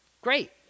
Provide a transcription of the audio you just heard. great